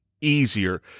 easier